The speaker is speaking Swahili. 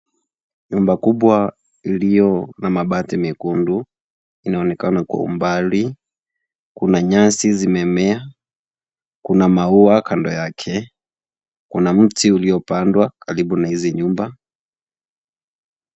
Nyumba kubwa, iliyo na mabati mekundu inaonekana kwa umbali. Kuna nyasi zimemea. Kuna maua kando yake. Kuna mti uliopandwa karibu na hizi nyumba.